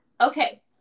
Okay